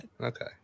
okay